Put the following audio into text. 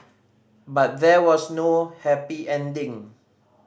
but there was no happy ending